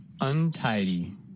untidy